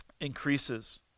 increases